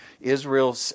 Israel